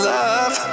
love